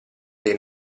dei